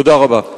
תודה רבה.